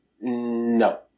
No